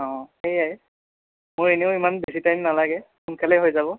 অঁ সেয়াই মোৰ এনেয়ো ইমান বেছি টাইম নালাগে সোনকালেই হৈ যাব